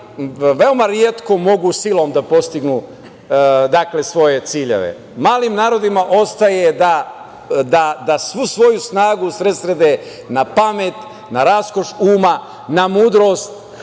veoma retko mogu silom da postignu svoje ciljeve. Malim narodima ostaje da svu svoju snagu usredsrede na pamet, na raskoš uma, na mudrost,